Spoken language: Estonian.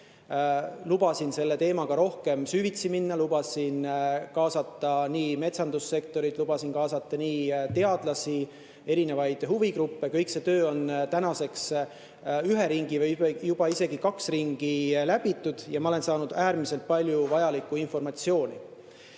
Lubasin selle teemaga rohkem süvitsi minna, lubasin kaasata metsandussektorit, lubasin kaasata teadlasi, erinevaid huvigruppe. Selle tööga on tänaseks üks ring või juba isegi kaks ringi läbitud ja ma olen saanud äärmiselt palju vajalikku informatsiooni.